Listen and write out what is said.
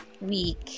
week